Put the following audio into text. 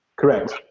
Correct